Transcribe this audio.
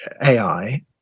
AI